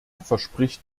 verspricht